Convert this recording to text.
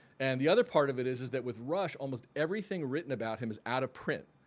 and the other part of it is is that with rush almost everything written about him is out of print.